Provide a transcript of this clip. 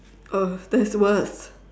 oh that's worse